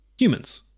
humans